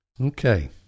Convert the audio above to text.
Okay